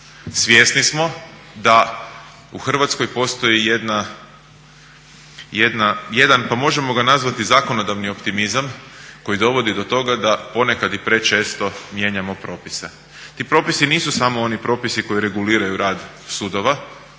Svjesni smo da u Hrvatskoj postoji jedan pa možemo ga nazvati zakonodavni optimizam koji dovodi do toga da ponekad i prečesto mijenjamo propise. Ti propisi nisu samo oni propisi koji reguliraju rad sudova,